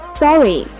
sorry